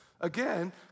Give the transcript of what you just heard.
again